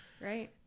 right